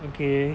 okay